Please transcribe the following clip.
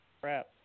Crap